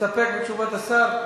איזו תשובה היתה לשר?